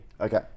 Okay